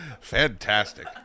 Fantastic